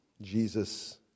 Jesus